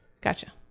Gotcha